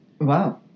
Wow